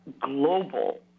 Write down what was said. global